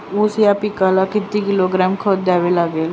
ऊस या पिकाला किती किलोग्रॅम खत द्यावे लागेल?